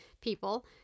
people